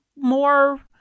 more